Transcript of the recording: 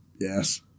Yes